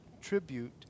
tribute